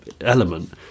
element